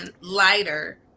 lighter